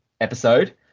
episode